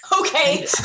okay